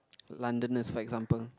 Londoners for example